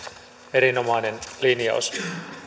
erinomainen linjaus